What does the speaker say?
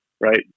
right